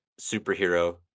superhero